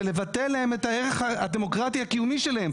זה לבטל להם את הערך הדמוקרטי הקיומי שלהם.